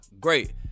Great